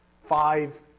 five